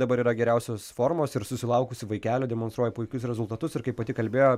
dabar yra geriausios formos ir susilaukusi vaikelio demonstruoja puikius rezultatus ir kaip pati kalbėjo